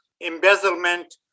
embezzlement